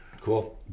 Cool